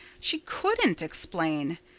she couldn't explain.